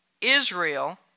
Israel